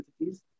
entities